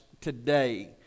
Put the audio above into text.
today